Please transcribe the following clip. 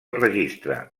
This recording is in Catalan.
registre